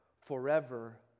forever